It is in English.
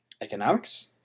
Economics